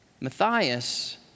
Matthias